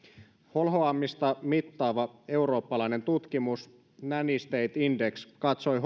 holhoamista mittaava eurooppalainen tutkimus nanny state index katsoi